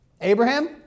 Abraham